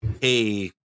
hey